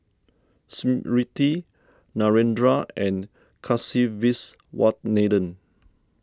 Smriti Narendra and Kasiviswanathan